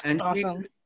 Awesome